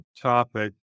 topic